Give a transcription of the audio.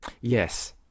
Yes